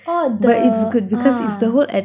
oh the ah